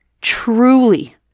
truly